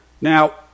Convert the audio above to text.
Now